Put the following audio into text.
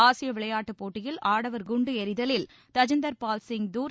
ஆசிய விளையாட்டுப் போட்டியில் ஆடவர் குண்டு எறிதவில் தஜிந்தர் பால் சிங் தூர்